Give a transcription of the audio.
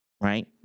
Right